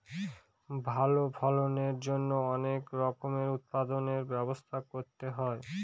ভালো ফলনের জন্যে অনেক রকমের উৎপাদনর ব্যবস্থা করতে হয়